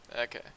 Okay